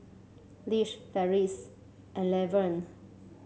Lish Ferris and Levern